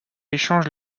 échange